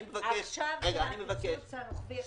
אני מבקש שקודם כל --- עכשיו זה הקיצוץ הרוחבי,